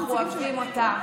אנחנו אוהבים אותה.